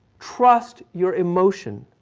trust your emotion.